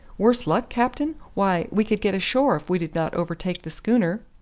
worse luck, captain? why, we could get ashore if we did not overtake the schooner.